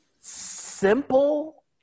simple